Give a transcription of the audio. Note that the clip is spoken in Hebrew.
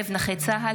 תעסוקתית לשמש.